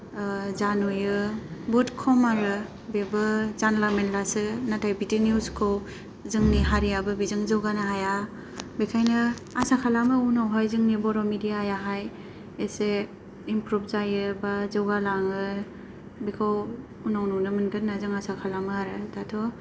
ओ जा नुयो बुहुत खम आरो बेबो जानला मेनलासो नाथाय बिदि निउसखौ जोंनि हारियाबो बेजों जौगानो हाया बेखायनो आसा खालामो उनावहाय जोंनि बर' मिडियायाहाय एसे इमप्रुभ जायो बा जौगालाङो बेखौ उनाव नुनो मोनगोन होनना जों आसा खालामो आरो दाथ'